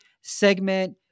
segment